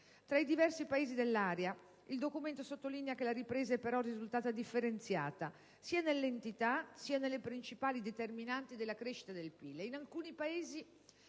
Tra i diversi Paesi dell'area, il documento sottolinea che la ripresa è però risultata differenziata, sia nell'entità sia nelle principali determinanti della crescita del PIL,